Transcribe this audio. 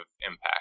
impact